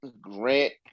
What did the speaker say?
Grant